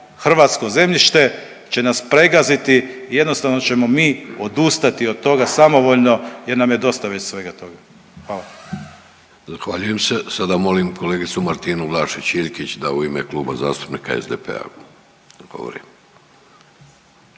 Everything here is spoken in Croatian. hrvatsko zemljište će nas pregaziti i jednostavno ćemo mi odustati od toga samovoljno jer nam je dosta već svega toga. Hvala. **Vidović, Davorko (Nezavisni)** Zahvaljujem se. Sada molim kolegicu Matinu Vlašić Iljkić da u ime Kluba zastupnika SDP-a govori.